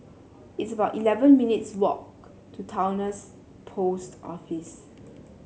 it's about eleven minutes' walk to Towner's Post Office